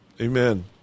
Amen